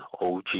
OG